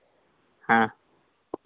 ᱦᱮᱸ